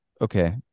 okay